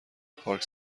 پارک